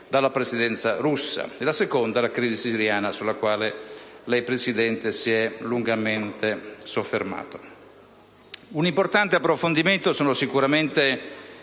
dalla presidenza russa. La seconda è la crisi siriana, sulla quale lei, Presidente, si è lungamente soffermato. Un importante approfondimento è rappresentato sicuramente